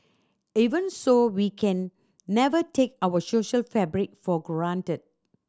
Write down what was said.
even so we can never take our social fabric for granted